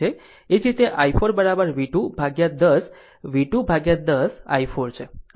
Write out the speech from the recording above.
એ જ રીતે i4 v2 ભાગ્યા 10 v2 ભાગ્યા 10 i4 છે